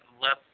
left